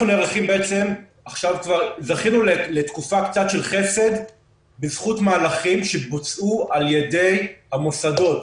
עכשיו כבר זכינו לתקופה קצת של חסד בזכות מהלכים שבוצעו על ידי המוסדות,